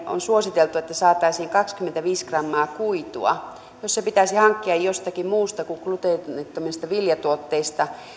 on suositeltu että päivittäin saataisiin kaksikymmentäviisi grammaa kuitua niin jos se pitäisi hankkia jostakin muusta kuin gluteenittomista viljatuotteista